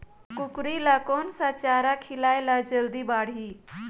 कूकरी ल कोन सा चारा खिलाय ल जल्दी बाड़ही?